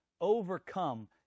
overcome